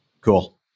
Cool